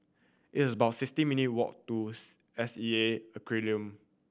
it's about sixty minute' walk to S E A Aquarium